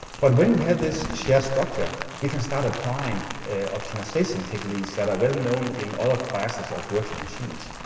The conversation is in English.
but when you have this shared structure we can start applying optimization techniques that are well known in other classes of virtual machines.